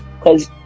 cause